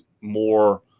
more